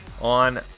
on